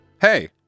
Hey